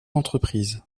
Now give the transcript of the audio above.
l’entreprise